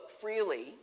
freely